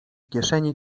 kieszeni